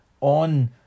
on